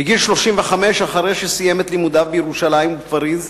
בגיל 35, אחרי שסיים את לימודיו בירושלים ובפריס,